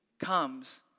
comes